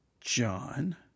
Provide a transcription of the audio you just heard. John